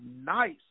nice